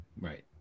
Right